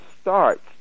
starts